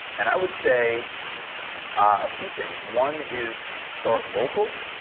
and i would say a few things. one is start local.